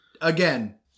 Again